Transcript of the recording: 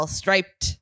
striped